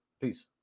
Peace